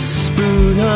spoon